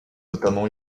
notamment